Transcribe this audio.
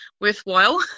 worthwhile